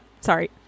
Sorry